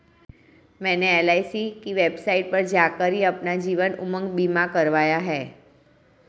मैंने एल.आई.सी की वेबसाइट पर जाकर ही अपना जीवन उमंग बीमा करवाया है